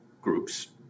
groups